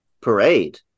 parade